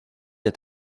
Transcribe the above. est